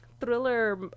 thriller